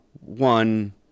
one